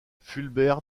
fulbert